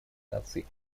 наций